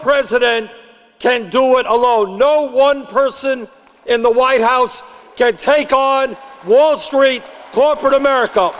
president can do it alone no one person in the white house can take on wall street corporate america